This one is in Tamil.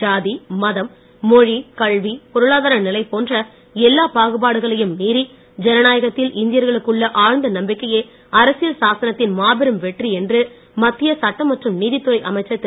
ஜாதி மதம் மொழி கல்வி பொருளாதார நிலை போன்ற எல்லா பாகுபாடுகளையும் மீறி ஜனநாயகத்தில் இந்தியர்களுக்குள்ள ஆழ்ந்த நம்பிக்கையே அரசியல் சாசனத்தின் மாபெரும் வெற்றி என்று மத்திய சட்டம் மற்றும் நீதித் துறை அமைச்சர் திரு